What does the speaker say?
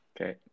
Okay